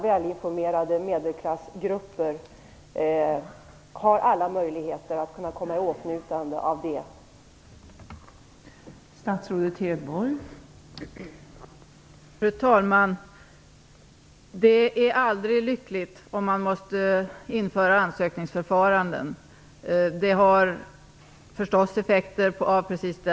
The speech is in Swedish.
Välinformerade medelklassgrupper har alla möjligheter att komma i åtnjutande av detta högkostnadsskydd.